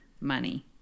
money